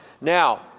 Now